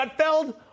Gutfeld